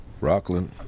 Rockland